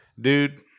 Dude